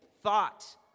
thought